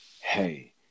hey